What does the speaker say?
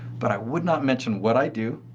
but i would not mention what i do.